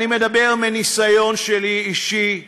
אני מדבר מהניסיון האישי שלי